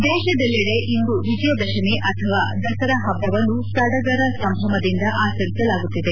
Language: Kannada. ಹೆಡ್ ದೇಶದೆಲ್ಲೆಡೆ ಇಂದು ವಿಜಯದಶಮಿ ಅಥವಾ ದಸರಾ ಹಬ್ಬವನ್ನು ಸಡಗರ ಸಂಭ್ರಮದಿಂದ ಆಚರಿಸಲಾಗುತ್ತಿದೆ